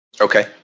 okay